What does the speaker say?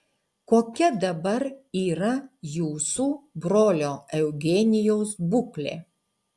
kokia dabar yra jūsų brolio eugenijaus būklė